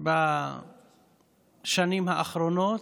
בשנים האחרונות,